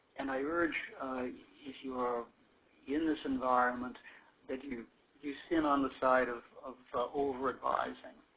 and i urge if you are in this environment that you you seen on the side of of over advising.